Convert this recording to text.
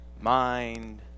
mind